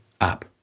up